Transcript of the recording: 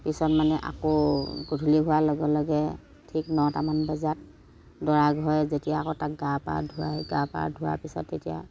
পিছত মানে আকৌ গধূলি হোৱাৰ লগে লগে ঠিক নটামান বজাত দৰা ঘৰে যেতিয়া আকৌ তাক গা পা ধুৱায় গা পা ধুৱাৰ পিছত তেতিয়া